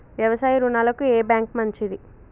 వ్యవసాయ రుణాలకు ఏ బ్యాంక్ మంచిది?